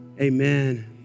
amen